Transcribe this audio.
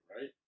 right